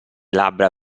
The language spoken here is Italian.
labbra